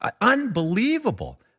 Unbelievable